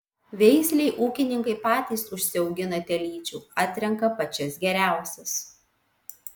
veislei ūkininkai patys užsiaugina telyčių atrenka pačias geriausias